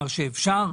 שאפשר,